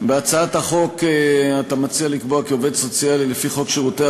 בהצעת החוק אתה מציע לקבוע כי עובד סוציאלי לפי חוק שירותי